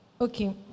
Okay